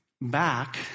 back